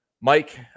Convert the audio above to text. Mike